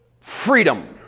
freedom